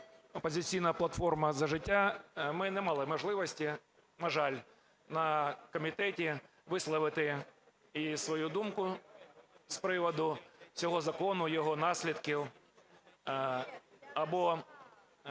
"Опозиційна платформа - За життя", ми не мали можливості, на жаль, на комітеті висловити і свою думку з приводу цього закону, його наслідків або